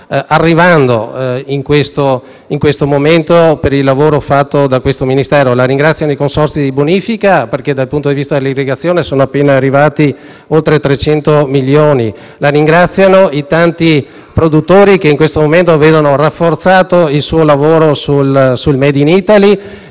e delle soluzioni fornite dall'azione del suo Ministero. La ringraziano i consorzi di bonifica, perché dal punto di vista dell'irrigazione sono appena arrivati oltre 300 milioni; la ringraziano i tanti produttori che in questo momento vedono rafforzato il suo lavoro sul *made in Italy*,